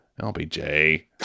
LBJ